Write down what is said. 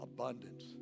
Abundance